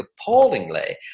appallingly